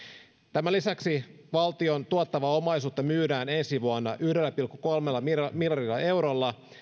tämän lisäksi valtion tuottavaa omaisuutta myydään ensi vuonna yhdellä pilkku kolmella miljardilla eurolla